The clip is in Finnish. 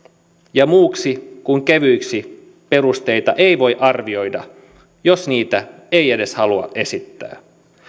ja muuksi kuin kevyiksi perusteita ei voi arvioida jos niitä ei edes halua esittää